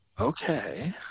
Okay